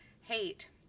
hate